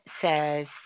says